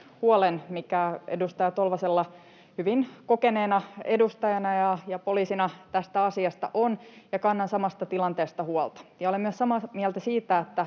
mikä edustaja Tolvasella hyvin kokeneena edustajana ja poliisina tästä asiasta on, ja kannan samasta tilanteesta huolta. Ja olen myös samaa mieltä siitä,